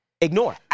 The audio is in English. ignore